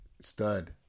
Stud